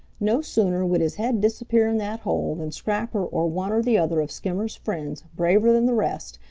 no sooner would his head disappear in that hole than scrapper or one or the other of skimmer's friends, braver than the rest,